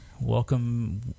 welcome